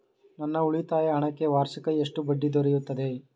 ನನ್ನ ಉಳಿತಾಯ ಹಣಕ್ಕೆ ವಾರ್ಷಿಕ ಎಷ್ಟು ಬಡ್ಡಿ ದೊರೆಯುತ್ತದೆ?